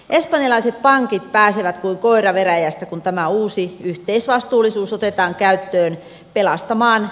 espanjalaiset pankit pääsevä koira veräjästä kun tämä uusi yhteisvastuullisuus otetaan käyttöön pelastamaan